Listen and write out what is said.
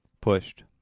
pushed